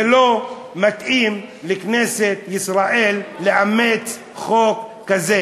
זה לא מתאים לכנסת ישראל לאמץ חוק כזה.